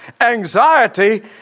Anxiety